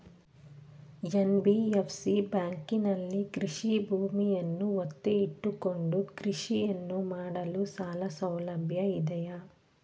NBFC ಬ್ಯಾಂಕಿನಲ್ಲಿ ಕೃಷಿ ಭೂಮಿಯನ್ನು ಒತ್ತೆ ಇಟ್ಟುಕೊಂಡು ಕೃಷಿಯನ್ನು ಮಾಡಲು ಸಾಲಸೌಲಭ್ಯ ಇದೆಯಾ?